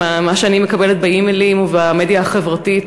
ממה שאני מקבלת באימיילים ובמדיה החברתית,